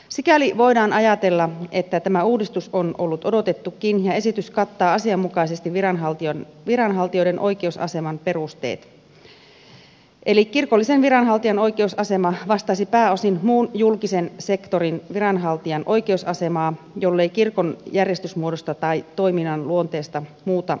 sikäli voidaan ajatella että tämä uudistus on ollut odotettukin ja esitys kattaa asianmukaisesti viranhaltijoiden oikeusaseman perusteet eli kirkollisen viranhaltijan oikeusasema vastaisi pääosin muun julkisen sektorin viranhaltijan oikeusasemaa jollei kirkon järjestysmuodosta tai toiminnan luonteesta muuta erityisesti johdu